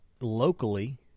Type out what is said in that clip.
locally